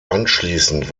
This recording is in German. anschließend